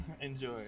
Enjoy